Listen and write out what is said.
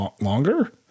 longer